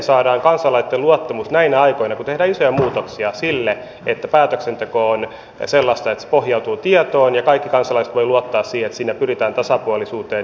elikkä onko tästä käyty keskustelua oppositiopuolueitten kanssa siltä varalta että nykyinen hallituspohja ei jatkakaan toista kautta peräkkäin sen tietysti kansa päättää